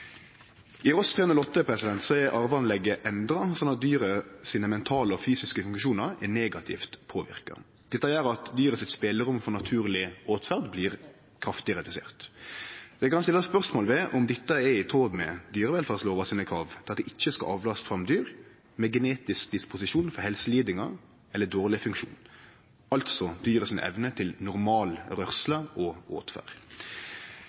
I Ross 308 er arveanlegget endra slik at dyret sine mentale og fysiske funksjonar er negativt påverka. Dette gjer at dyret sitt spelerom for naturleg åtferd blir kraftig redusert. Ein kan stille spørsmål ved om dette er i tråd med dyrevelferdslova sine krav til at det ikkje skal avlast fram dyr med genetisk disposisjon for helselidingar eller dårleg funksjon, altså dyret sin evne til normal rørsle og åtferd.